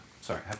sorry